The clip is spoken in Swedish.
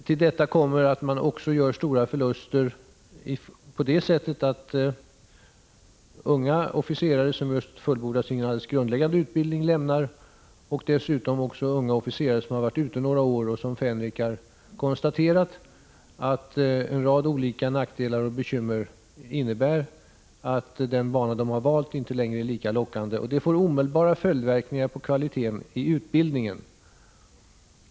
Till detta kommer att försvaret också gör stora förluster på det sättet att unga officerare som just fullbordat sin grundläggande utbildning lämnar yrket — dessutom också unga officerare som har varit ute några år och som fänrikar konstaterat en rad olika nackdelar och bekymmer, som gör att den bana de valt inte längre är lockande. Det får omedelbara följdverkningar på kvaliteten i utbildningen.